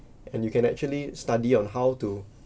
and you can actually study on how to